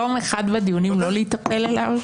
אפשר יום אחד בדיונים לא להיטפל אליו?